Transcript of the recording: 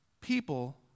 People